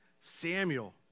Samuel